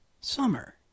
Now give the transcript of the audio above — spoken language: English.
summer